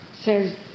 says